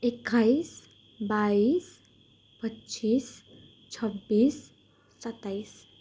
एक्काइस बाइस पच्चिस छब्बिस सत्ताइस